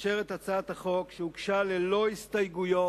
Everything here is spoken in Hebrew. לאשר את הצעת החוק, שהוגשה ללא הסתייגויות